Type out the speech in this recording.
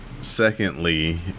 secondly